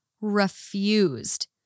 refused